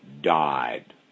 died